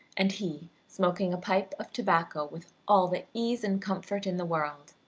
and he smoking a pipe of tobacco with all the ease and comfort in the world.